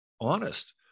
honest